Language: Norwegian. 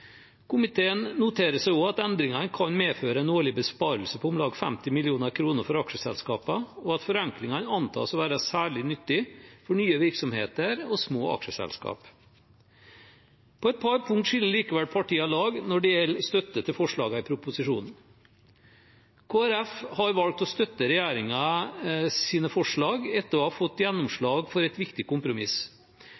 Komiteen noterer seg også at endringene kan medføre en årlig besparelse på om lag 50 mill. kr for aksjeselskap, og at forenklingene antas å være særlig nyttige for nye virksomheter og små aksjeselskap. På et par punkt skiller likevel partiene lag når det gjelder støtte til forslagene i proposisjonen. Kristelig Folkeparti har valgt å støtte regjeringens forslag etter å ha fått